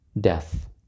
death